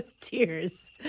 Tears